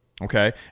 Okay